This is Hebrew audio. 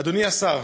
אדוני השר,